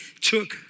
took